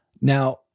Now